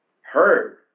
heard